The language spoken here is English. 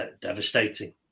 Devastating